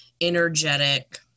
energetic